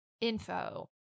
info